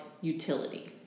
utility